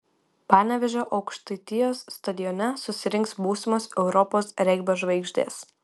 panevėžio aukštaitijos stadione susirinks būsimos europos regbio žvaigždės